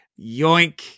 yoink